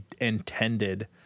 intended